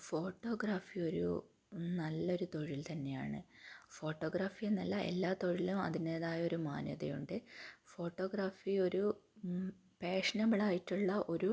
photography ഒരു നല്ലൊരു തൊഴിൽ തന്നെയാണ് ഫോട്ടോഗ്രാഫി എന്നല്ല എല്ലാ തൊഴിലും അതിൻ്റേതായ ഒരു മാന്യത ഉണ്ട് ഫോട്ടോഗ്രാഫി ഒരു ഫാഷണബിളായിട്ടുള്ള ഒരു